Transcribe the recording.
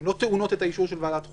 לא טעונות את האישור של ועדת החוקה,